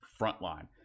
frontline